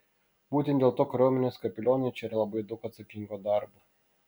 būtent dėl to kariuomenės kapelionui čia yra labai daug atsakingo darbo